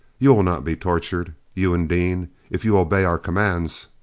you will not be tortured, you and dean, if you obey our commands.